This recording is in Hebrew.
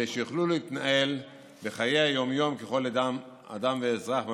שיוכלו להתנהל בחיי היום-יום ככל אדם ואזרח במדינה.